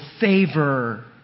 favor